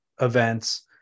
events